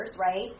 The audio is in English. right